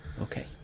Okay